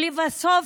ולבסוף,